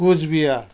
Cooch Behar